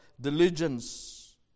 diligence